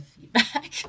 feedback